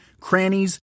crannies